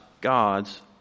God's